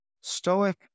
Stoic